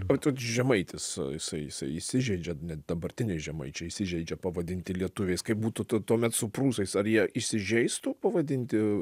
ot ot žemaitis jisai jisai įsižeidžia net dabartiniai žemaičiai įsižeidžia pavadinti lietuviais kaip būtų t tuomet su prūsais ar jie įsižeistų pavadinti